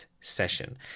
session